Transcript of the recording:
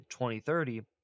2030